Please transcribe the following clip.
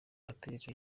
mategeko